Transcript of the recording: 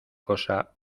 cosa